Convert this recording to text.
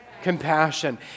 Compassion